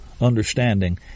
understanding